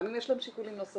גם אם יש להם שיקולים נוספים,